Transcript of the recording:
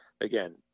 again